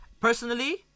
Personally